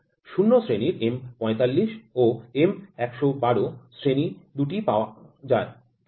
০ শ্রেণির M ৪৫ ও M ১১২ শ্রেণী ২টি সেট পাওয়া যায় ঠিক আছে